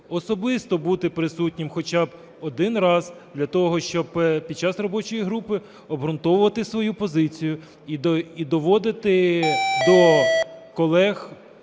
особисто бути присутнім хоча б один раз для того, щоб під час робочої групи обґрунтовувати свою позицію і доводити до колег,